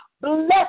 Bless